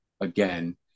again